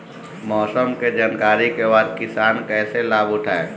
मौसम के जानकरी के बाद किसान कैसे लाभ उठाएं?